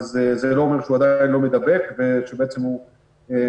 זה לא אומר שהוא עדין לא מדבק ושהוא עדין